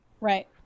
Right